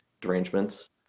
derangements